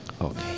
Okay